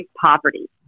poverty